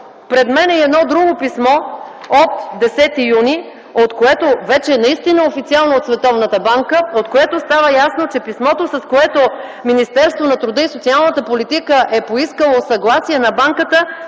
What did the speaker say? Пред мен е и едно друго писмо от 10 юни, от което официално от Световната банка става ясно, че писмото, с което Министерството на труда и социалната политика е поискало съгласие на банката